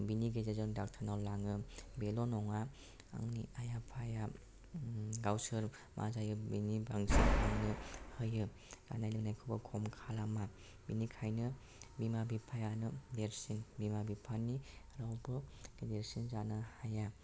बिनि गेजेरजों डाक्टरनाव लाङो बेल नङा आंनि आइ आफाया गावसोर मा जायो बेनि बांसिन आंनो होयो जानाय लोंनायखौबो खम खालामा बिनिखायनो बिमा बिफायानो देरसिन बिमा बिफानि रावबो गेदेरसिन जानो हाया